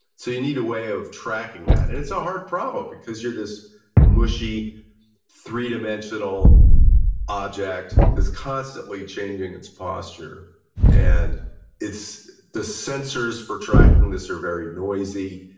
so you need a way of tracking that. and it's a hard problem because you're this mushy three-dimensional object that's constantly changing its posture and it's, the sensors for tracking this are very noisy,